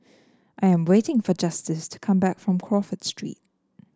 I am waiting for Justice to come back from Crawford Street